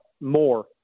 more